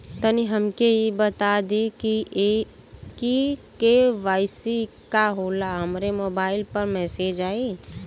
तनि हमके इ बता दीं की के.वाइ.सी का होला हमरे मोबाइल पर मैसेज आई?